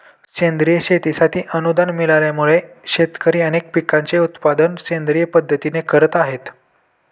सेंद्रिय शेतीसाठी अनुदान मिळाल्यामुळे, शेतकरी अनेक पिकांचे उत्पादन सेंद्रिय पद्धतीने करत आहेत